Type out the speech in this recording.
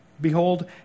Behold